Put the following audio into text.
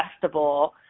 festival